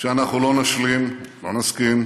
שאנחנו לא נשלים, לא נסכים,